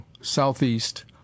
Southeast